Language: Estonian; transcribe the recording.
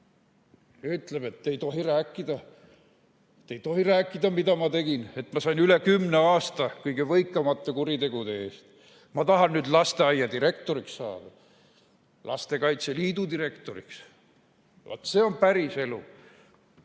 Te ei tohi rääkida, mida ma tegin, et ma sain üle kümne aasta kõige võikamate kuritegude eest. Ma tahan nüüd lasteaia direktoriks saada, Lastekaitse Liidu direktoriks. Vaat see on päriselu.